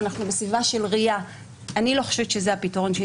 אנחנו בסביבה של RIA. אני לא חושבת שזה הפתרון.